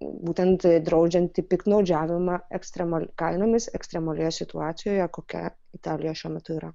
būtent draudžiantį piktnaudžiavimą ekstremaliai kainomis ekstremalioje situacijoje kokia italija šiuo metu yra